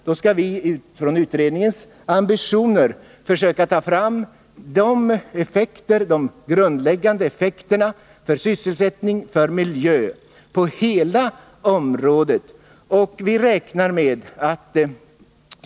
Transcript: Det är utredningens ambition att försöka ta fram de grundläggande effekterna för sysselsättning och miljö på hela området.